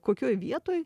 kokioj vietoj